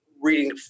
reading